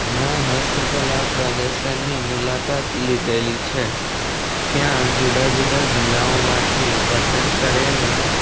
મેં હસ્તકલા પ્રદર્શનની મુલાકાત લીધેલી છે ત્યાં જુદાજુદા જિલ્લાઓમાંથી પસંદ કરેલી